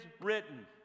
written